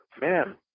man